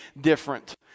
different